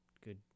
good